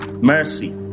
mercy